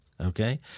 Okay